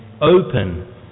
open